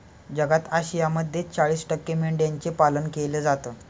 जगात आशियामध्ये चाळीस टक्के मेंढ्यांचं पालन केलं जातं